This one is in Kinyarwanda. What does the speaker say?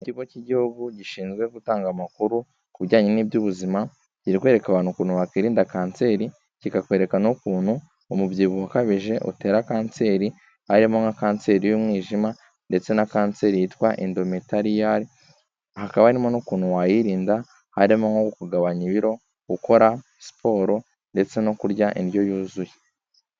Ikigo cy'igihugu gishinzwe gutanga amakuru ku bijyanye n'iby'ubuzima, kiri kwereka abantu ukuntu wakwirinda kanseri, kikakwereka n'ukuntu umubyibuho ukabije utera kanseri harimo nka kanseri y'umwijima ndetse na kanseri yitwa indometariyani hakaba harimo n'ukuntu wayirinda harimo nko kugabanya ibiro, gukora siporo ndetse no kurya indyo yuzuye.